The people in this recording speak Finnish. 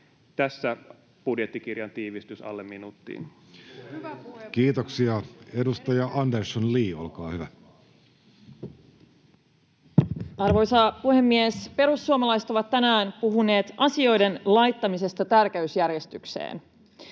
Tässä budjettikirjan tiivistys alle minuuttiin. Kiitoksia. — Edustaja Andersson, Li, olkaa hyvä. Arvoisa puhemies! Perussuomalaiset ovat tänään puhuneet asioiden laittamisesta tärkeysjärjestykseen.